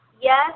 yes